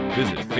visit